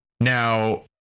Now